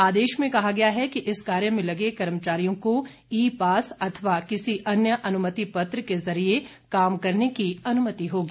आदेश में कहा गया है कि इस कार्य में लगे कर्मचारियों को ई पास अथवा किसी अन्य अनुमति पत्र के जरिए काम करने की अनुमति होगी